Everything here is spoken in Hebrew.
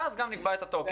ואז גם נקבע את התוקף.